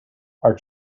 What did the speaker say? are